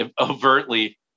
overtly